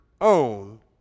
own